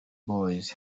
boyz